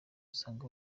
usanga